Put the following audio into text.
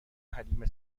حلیمه